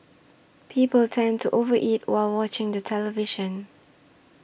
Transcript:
people tend to over eat while watching the television